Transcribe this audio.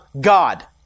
God